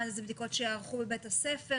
אלה בדיקות שייערכו בבית הספר?